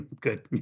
good